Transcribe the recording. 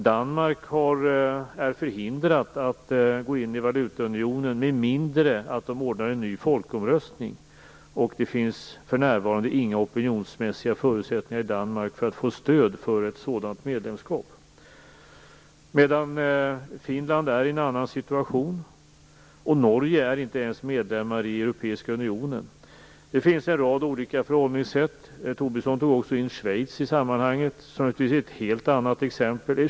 Danmark är förhindrat att gå in i valutaunionen med mindre än att man ordnar en ny folkomröstning, och det finns för närvarande inga opinionsmässiga förutsättningar i Danmark för stöd till ett sådant medlemskap. Finland är i en annan situation, och Norge är inte ens medlem i Europeiska unionen. Det finns alltså en rad olika förhållningssätt. Tobisson tog också upp Schweiz i sammanhanget, som givetvis är ett helt annat exempel.